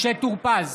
משה טור פז,